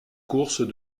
courses